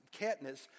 Katniss